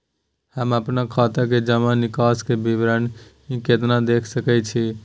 हम अपन खाता के जमा निकास के विवरणी केना देख सकै छी?